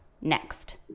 next